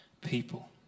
people